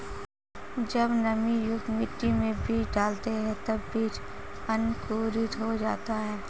जब नमीयुक्त मिट्टी में बीज डालते हैं तब बीज अंकुरित हो जाता है